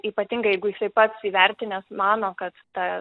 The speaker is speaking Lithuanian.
ypatingai jeigu jisai pats įvertinęs mano kad ta